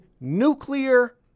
nuclear